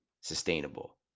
sustainable